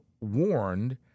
warned